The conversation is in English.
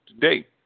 today